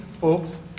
folks